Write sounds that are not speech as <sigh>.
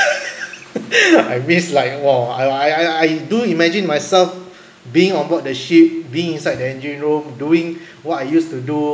<laughs> I miss like !whoa! I I I do imagine myself being on board the ship being inside the engine room doing what I used to do